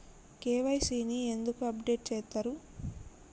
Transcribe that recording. KYC ని ఎందుకు update చేత్తరు?